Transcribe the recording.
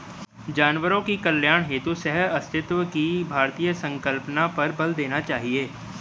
जानवरों के कल्याण हेतु सहअस्तित्व की भारतीय संकल्पना पर बल देना चाहिए